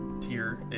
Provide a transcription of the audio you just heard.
tier